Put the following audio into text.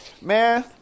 man